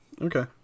Okay